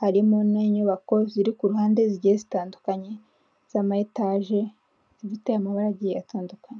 harimo n'inyubako z'ama etaje zifite amabara agiye atandukanye.